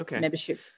membership